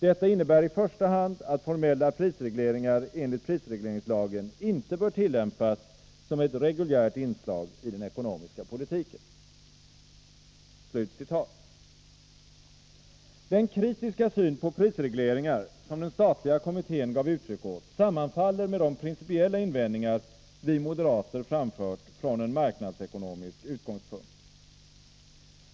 Detta innebär i första hand att formella prisregleringar enligt prisregleringslagen inte bör tillämpas som ett reguljärt inslag i den ekonomiska politiken.” Den kritiska syn på prisregleringar som den statliga kommittén gav uttryck åt sammanfaller med de principiella invändningar vi moderater framfört från en marknadsekonomisk utgångspunkt.